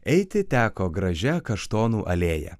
eiti teko gražia kaštonų alėja